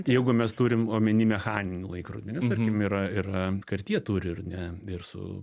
jeigu mes turim omeny mechaninį laikrodį nes tarkim yra ir kartjė turi ar ne ir su